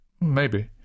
Maybe